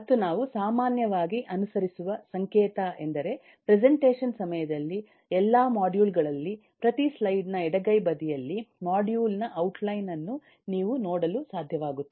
ಮತ್ತು ನಾವು ಸಾಮಾನ್ಯವಾಗಿ ಅನುಸರಿಸುವ ಸಂಕೇತ ಎಂದರೆ ಪ್ರೆಸೆಂಟೇಷನ್ ಸಮಯದಲ್ಲಿ ಎಲ್ಲಾ ಮಾಡ್ಯೂಲ್ಗಳಲ್ಲಿ ಪ್ರತಿ ಸ್ಲೈಡ್ ನ ಎಡಗೈ ಬದಿಯಲ್ಲಿ ಮಾಡ್ಯೂಲ್ನ ನ ಔಟ್ಲೈನ್ ಅನ್ನು ನೀವು ನೋಡಲು ಸಾಧ್ಯವಾಗುತ್ತದೆ